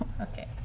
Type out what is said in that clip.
Okay